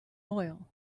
oil